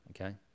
okay